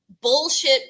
bullshit